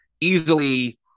easily